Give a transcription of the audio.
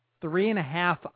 three-and-a-half